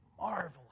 marvelous